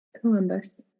Columbus